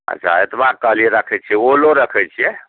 अच्छा एतबा कहलियै रखै छियै ओलो रखै छियै